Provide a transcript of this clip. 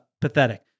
pathetic